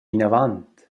inavant